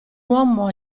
uomo